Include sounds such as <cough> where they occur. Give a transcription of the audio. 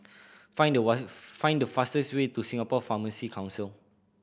find the <unintelligible> find the fastest way to Singapore Pharmacy Council